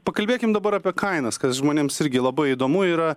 pakalbėkim dabar apie kainas kad žmonėms irgi labai įdomu yra